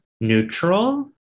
neutral